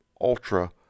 ultra